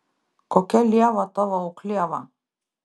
kokia lieva tavo auklieva